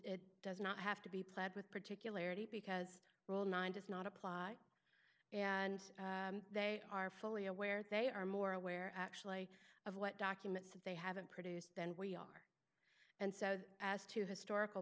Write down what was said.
it does not have to be pled with particularities because rule nine does not apply and they are fully aware they are more aware actually of what documents if they haven't produced then we are and so as to historical